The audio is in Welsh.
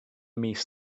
mis